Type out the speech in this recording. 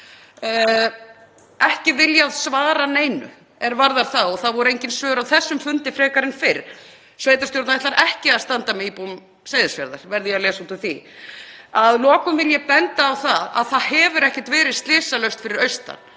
ekki viljað svara neinu er varðar það og það voru engin svör á þessum fundi frekar en áður. Sveitarstjórn ætlar ekki að standa með íbúum Seyðisfjarðar, verð ég að lesa út úr því. Að lokum vil ég benda á að það hefur ekki verið slysalaust fyrir austan;